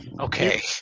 okay